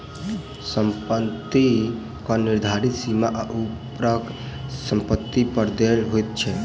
सम्पत्ति कर निर्धारित सीमा सॅ ऊपरक सम्पत्ति पर देय होइत छै